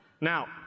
Now